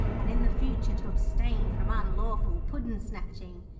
and in the future to abstain from unlawful puddin'-snatching.